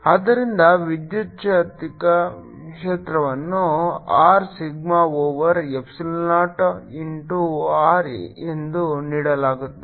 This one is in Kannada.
ಆದ್ದರಿಂದ ವಿದ್ಯುಚ್ಛಕ್ತಿ ಕ್ಷೇತ್ರವನ್ನು R sigma over epsilon naught into r ಎಂದು ನೀಡಲಾಗುತ್ತದೆ